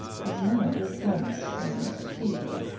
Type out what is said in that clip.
his manner was earnest almost pleading.